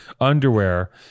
underwear